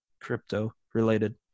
crypto-related